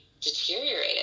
deteriorated